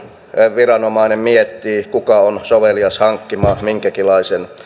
viranomainen miettii kuka on sovelias hankkimaan minkäkinlaisen